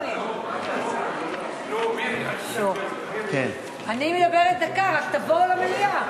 משום שלכל מדינה יש זכות וחובה לקבוע לה מדיניות הגירה.